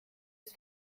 ist